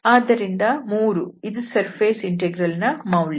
ಆದ್ದರಿಂದ 3 ಇದು surface integral ನ ಮೌಲ್ಯ